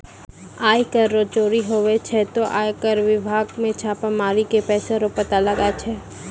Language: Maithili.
आय कर रो चोरी हुवै छै ते आय कर बिभाग मे छापा मारी के पैसा रो पता लगाय छै